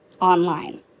online